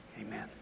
Amen